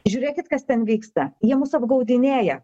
žiūrėkit kas ten vyksta jie mus apgaudinėja